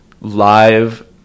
Live